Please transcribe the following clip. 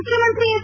ಮುಖ್ಯಮಂತ್ರಿ ಹೆಚ್